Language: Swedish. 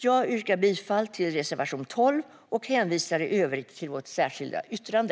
Jag yrkar bifall till reservation 12 och hänvisar i övrigt till vårt särskilda yttrande.